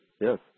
Yes